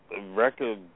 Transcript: record